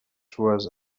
tours